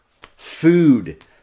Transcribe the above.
food